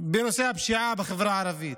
בנושא הפשיעה בחברה הערבית,